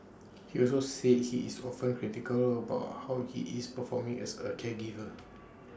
he also said he is often critical about how he is performing as A caregiver